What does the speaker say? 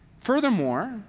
Furthermore